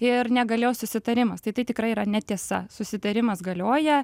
ir negalios susitarimas tai tikrai yra netiesa susitarimas galioja